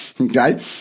okay